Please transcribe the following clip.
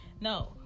No